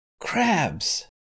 Crabs